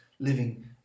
living